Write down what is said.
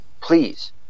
please